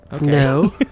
No